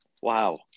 wow